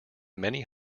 many